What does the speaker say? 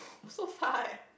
so far leh